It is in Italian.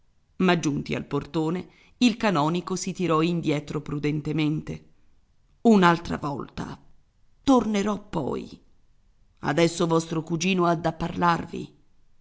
ma giunti al portone il canonico si tirò indietro prudentemente un'altra volta tornerò poi adesso vostro cugino ha da parlarvi